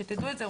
שתדעו את זה,